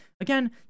again